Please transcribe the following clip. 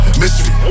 mystery